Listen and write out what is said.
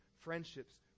friendships